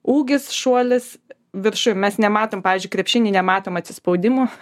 ūgis šuolis viršuj mes nematom pavyzdžiui krepšiny nematom atsispaudimų